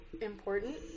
important